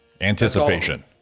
Anticipation